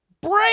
Break